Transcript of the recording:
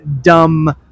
Dumb